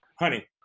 honey